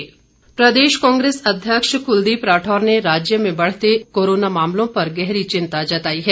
राठौर प्रदेश कांग्रेस अध्यक्ष क्लदीप राठौर ने राज्य में बढ़ते कोरोना मामलों पर गहरी चिंता जताई है